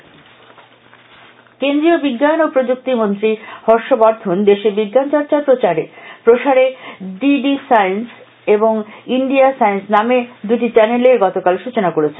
বিজ্ঞান চ্যানেল কেন্দ্রীয় বিজ্ঞান ও প্রযুক্তি মন্ত্রী হর্ষবর্ধন দেশে বিজ্ঞান চর্চার প্রসারে ডি ডি সায়েন্স এবং ইন্ডিয়া সায়েন্স নামের দুটি চ্যানেলের গতকাল সৃচনা করেছেন